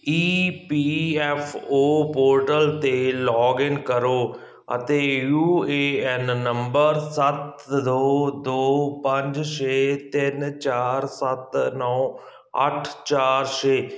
ਈ P F O portal 'ਤੇ login ਕਰੋ ਅਤੇ ਯੂ ਏ ਐੱਨ ਨੰਬਰ ਸੱਤ ਦੋ ਦੋ ਪੰਜ ਛੇ ਤਿੰਨ ਚਾਰ ਸੱਤ ਨੌਂ ਅੱਠ ਚਾਰ ਛੇ